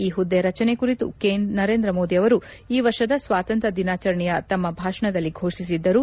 ಈ ಹುದ್ದೆ ರಚನೆ ಕುರಿತು ನರೇಂದ್ರ ಮೋದಿ ಅವರು ಈ ವರ್ಷದ ಸ್ನಾತಂತ್ರ ದಿನಾಚರಣೆಯ ತಮ್ಮ ಭಾಷಣದಲ್ಲಿ ಘೋಷಸಿದ್ದರು